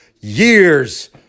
years